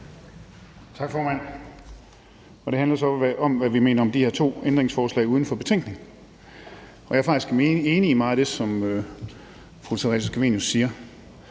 Tak, formand. Det her handler så om, hvad vi mener om de her to ændringsforslag uden for betænkningen. Jeg er enig i meget af det, som fru Theresa Scavenius siger.